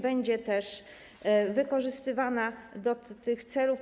Będzie wykorzystywana do tych celów.